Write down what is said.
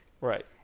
Right